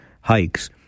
hikes